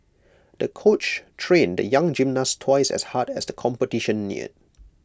the coach trained the young gymnast twice as hard as the competition neared